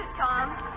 Tom